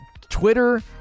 Twitter